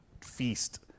feast